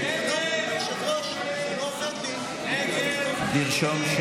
ההצעה להעביר לוועדה את